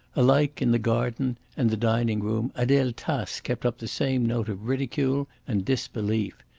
alike in the garden and the dining-room, adele tace kept up the same note of ridicule and disbelief.